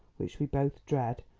which we both dread,